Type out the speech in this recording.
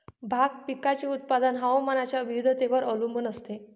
भाग पिकाचे उत्पादन हवामानाच्या विविधतेवर अवलंबून असते